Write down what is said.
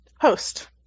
Host